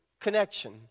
connection